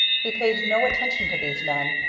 he paid no attention to these men,